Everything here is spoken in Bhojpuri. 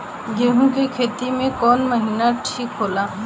गेहूं के खेती कौन महीना में ठीक होला?